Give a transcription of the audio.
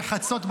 בחצות,